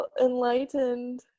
enlightened